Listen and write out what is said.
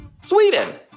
Sweden